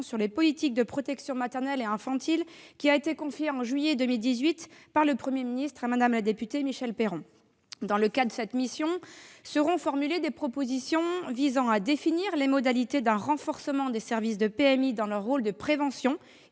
sur les politiques de protection maternelle et infantile qui a été confiée en juillet 2018 par le Premier ministre à Mme la députée Michèle Peyron. Dans le cadre de cette mission seront formulées des propositions visant à définir les modalités d'un renforcement des services de la PMI dans leur rôle de prévention